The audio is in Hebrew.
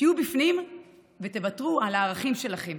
תהיו בפנים ותוותרו על הערכים שלכם